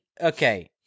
okay